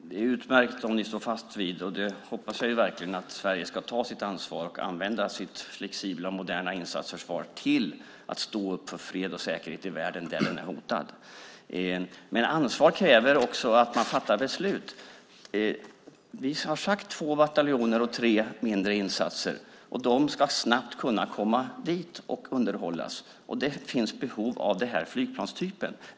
Fru talman! Det är utmärkt om ni står fast vid det. Jag hoppas verkligen att Sverige ska ta sitt ansvar och använda sitt flexibla och moderna insatsförsvar till att stå upp för fred och säkerhet i världen där de är hotade. Ansvar kräver också att man fattar beslut. Vi har sagt att det ska vara två bataljoner och tre mindre insatsstyrkor. De ska snabbt kunna dit och underhållas. Det finns behov av den här flygplanstypen.